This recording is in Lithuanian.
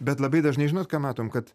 bet labai dažnai žinot ką matom kad